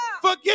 forgive